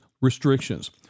restrictions